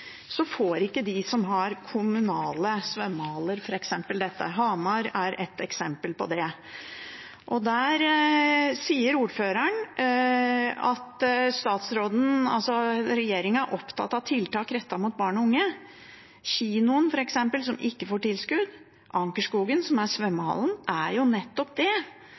får ikke kommunale svømmehaller det. Hamar er ett eksempel på det. Der sier ordføreren at regjeringen er opptatt av tiltak rettet mot barn og unge. Kinoen, f.eks., som ikke får tilskudd, og Ankerskogen, som er svømmehallen, er jo nettopp det.